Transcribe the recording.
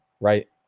right